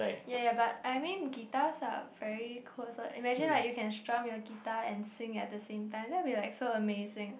ya ya but I mean guitars are very cool so imagine like you can strum your guitar and sing at the same time that will be like so amazing